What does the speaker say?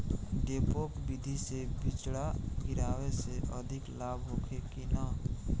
डेपोक विधि से बिचड़ा गिरावे से अधिक लाभ होखे की न?